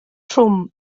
trwm